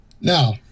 now